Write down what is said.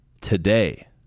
today